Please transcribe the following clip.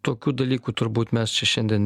tokių dalykų turbūt mes čia šiandien